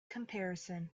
comparison